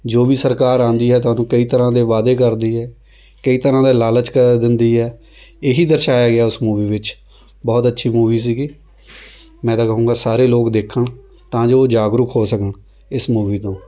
ਜੋ ਵੀ ਸਰਕਾਰ ਆਉਂਦੀ ਹੈ ਤੁਹਾਨੂੰ ਕਈ ਤਰ੍ਹਾਂ ਦੇ ਵਾਅਦੇ ਕਰਦੀ ਹੈ ਕਈ ਤਰ੍ਹਾਂ ਦਾ ਲਾਲਚ ਕ ਦਿੰਦੀ ਹੈ ਇਹੀ ਦਰਸਾਇਆ ਗਿਆ ਉਸ ਮੂਵੀ ਵਿੱਚ ਬਹੁਤ ਅੱਛੀ ਮੂਵੀ ਸੀਗੀ ਮੈਂ ਤਾਂ ਕਹੂੰਗਾ ਸਾਰੇ ਲੋਕ ਦੇਖਣ ਤਾਂ ਜੋ ਉਹ ਜਾਗਰੂਕ ਹੋ ਸਕਣ ਇਸ ਮੂਵੀ ਤੋਂ